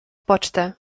pocztę